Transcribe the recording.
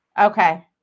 Okay